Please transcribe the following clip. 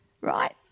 right